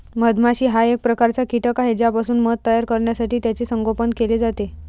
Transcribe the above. मधमाशी हा एक प्रकारचा कीटक आहे ज्यापासून मध तयार करण्यासाठी त्याचे संगोपन केले जाते